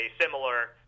similar